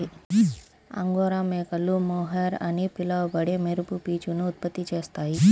angora మేకలు mohair అని పిలువబడే మెరుపు పీచును ఉత్పత్తి చేస్తాయి